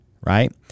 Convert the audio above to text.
right